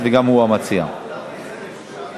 אנחנו עוברים להצעת חוק החזר